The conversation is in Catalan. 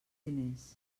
diners